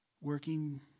working